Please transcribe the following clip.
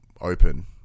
open